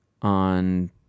On